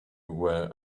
were